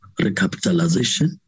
recapitalization